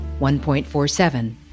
1.47